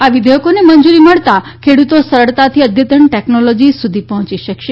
આ વિઘેચકોને મંજુરી મળતા ખેડુતો સરળતાથી અદ્યતન ટેકનોલોજી સુધી પહોચી શકશે